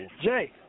Jay